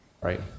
Right